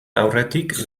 aurretik